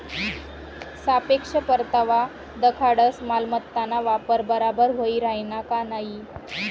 सापेक्ष परतावा दखाडस मालमत्ताना वापर बराबर व्हयी राहिना का नयी